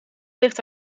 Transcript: ligt